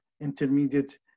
intermediate